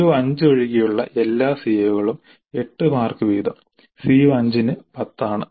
CO5 ഒഴികെയുള്ള എല്ലാ CO കളും 8 മാർക്ക് വീതം CO5 ന് 10 ആണ്